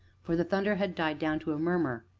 for the thunder had died down to a murmur,